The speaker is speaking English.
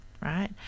right